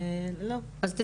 אני